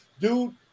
Dude